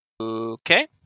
okay